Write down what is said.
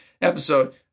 episode